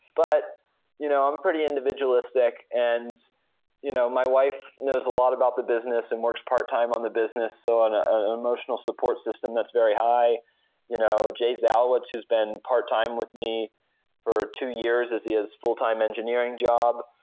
but you know i'm pretty individualistic, and you know my wife knows a lot about the business and works part-time on the business, so on a emotional support system that's very high you know jay zalowitz, he's been part-time with me for two years as he has a full-time engineering job,